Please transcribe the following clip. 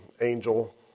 angel